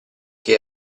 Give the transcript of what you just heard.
che